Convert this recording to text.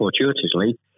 fortuitously